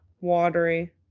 Watery